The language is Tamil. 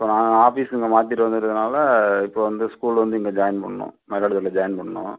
இப்போ நாங்கள் ஆஃபிஸ் இங்கே மாற்றிட்டு வந்ததுனால் இப்போ வந்து ஸ்கூல் வந்து இங்கே ஜாயின் பண்ணும் மயிலாடுதுறையில ஜாயின் பண்ணணும்